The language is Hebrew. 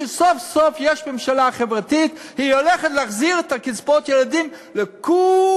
כשסוף-סוף יש ממשלה חברתית היא הולכת להחזיר את קצבאות הילדים לכולם,